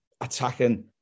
attacking